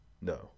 No